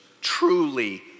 truly